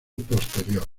posterior